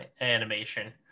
animation